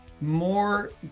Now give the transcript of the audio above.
more